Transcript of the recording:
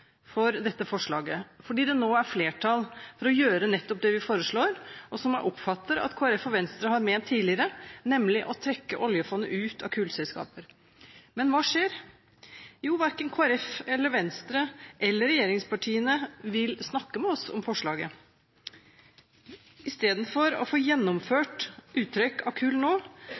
for dette forslaget, fordi det nå er flertall for å gjøre nettopp det vi foreslår, og som jeg oppfatter at Kristelig Folkeparti og Venstre har ment tidligere, nemlig å trekke oljefondet ut av kullselskaper. Men hva skjer? Jo, verken Kristelig Folkeparti, Venstre eller regjeringspartiene vil snakke med oss om forslaget. Istedenfor å få gjennomført uttrekk av kullselskaper nå,